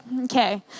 Okay